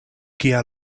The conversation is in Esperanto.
kia